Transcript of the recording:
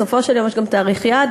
בסופו של יום יש גם תאריך יעד,